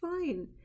fine